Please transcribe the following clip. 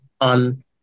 on